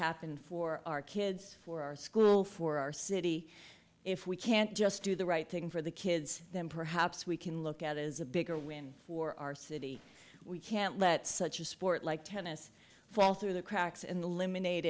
happen for our kids for our school for our city if we can't just do the right thing for the kids then perhaps we can look at is a bigger win for our city we can't let such a sport like tennis fall through the cracks in the lim